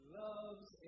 loves